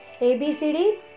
ABCD